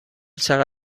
چقدر